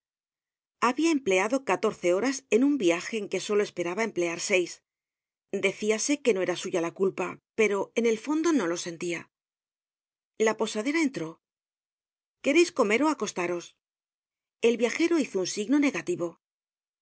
habia empleado catorce horas en un viaje en que solo esperaba emplear seis decíase que no era suya la culpa pero en el fondo no lo sentia la posadera entró quereis comer ó acostaros el viajero hizo un signo negativo